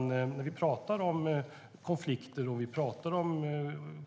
När vi pratar om konflikter och